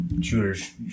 shooters